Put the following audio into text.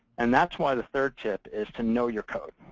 and that's why the third tip is to know your code,